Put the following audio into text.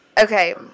Okay